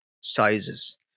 sizes